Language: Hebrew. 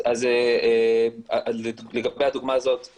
אז לגבי הדוגמה הזאת,